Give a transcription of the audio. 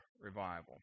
revival